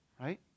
right